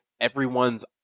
everyone's